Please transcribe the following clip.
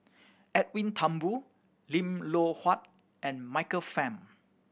Edwin Thumboo Lim Loh Huat and Michael Fam